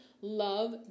love